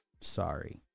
sorry